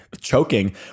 choking